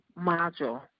module